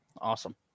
Awesome